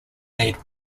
made